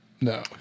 No